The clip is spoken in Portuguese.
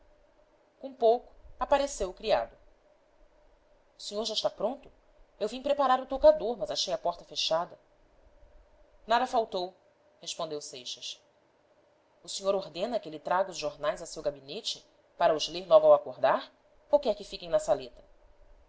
com pouco apareceu o criado o senhor já está pronto eu vim preparar o toucador mas achei a porta fechada nada faltou respondeu seixas o senhor ordena que lhe traga os jornais a seu gabinete para os ler logo ao acordar ou quer que fiquem na saleta